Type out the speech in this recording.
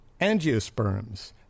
angiosperms